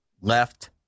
left